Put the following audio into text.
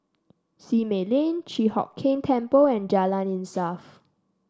Simei Lane Chi Hock Keng Temple and Jalan Insaf